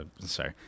sorry